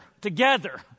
together